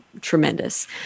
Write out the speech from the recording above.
tremendous